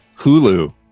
Hulu